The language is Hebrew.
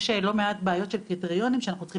יש לא מעט בעיות של קריטריונים שאנחנו צריכים